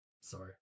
sorry